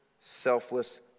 selfless